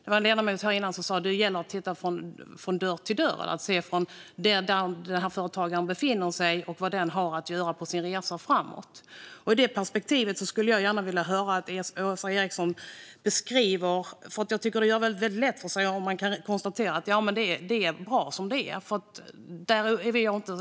En ledamot sa tidigare att det gäller att se från dörr till dörr, var företagaren befinner sig och vad denna har att göra på sin resa framåt. I det perspektivet vill jag gärna höra vad Åsa Eriksson anser. Det är lätt att konstatera att det är bra som det är.